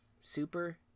super